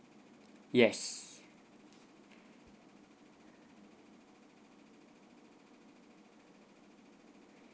yes